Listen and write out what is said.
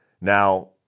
Now